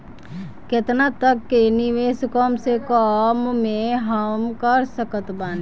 केतना तक के निवेश कम से कम मे हम कर सकत बानी?